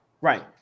Right